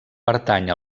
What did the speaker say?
pertany